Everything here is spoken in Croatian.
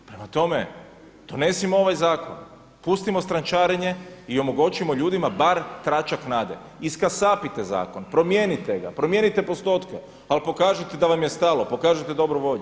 Prema tome, donesimo ovaj zakon, pustimo strančarenje i omogućimo ljudima bar tračak nade, iskasapite zakon, promijenite ga, promijenite postotke, ali pokažite da vam je stalo, pokažite dobru volju.